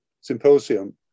symposium